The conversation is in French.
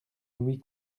louis